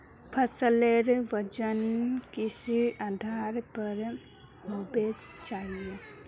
फसलेर वजन किस आधार पर होबे चही?